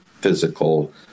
physical